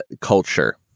culture